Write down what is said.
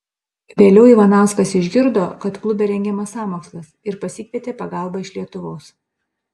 vėliau ivanauskas išgirdo kad klube rengiamas sąmokslas ir pasikvietė pagalbą iš lietuvos